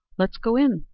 let's go in,